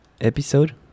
episode